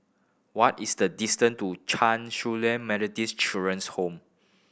what is the distance to Chan Su Lan Methodist Children's Home